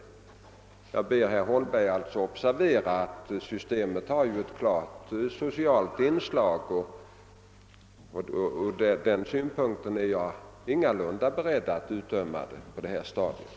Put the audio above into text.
Jag ber herr Holmberg observera att systemet alltså har ett klart socialt inslag. Den synpunkten är jag ingalunda beredd att utdöma på detta stadium.